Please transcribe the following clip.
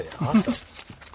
awesome